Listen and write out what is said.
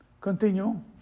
continue